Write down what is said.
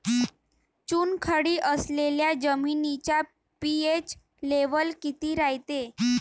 चुनखडी असलेल्या जमिनीचा पी.एच लेव्हल किती रायते?